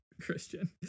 Christian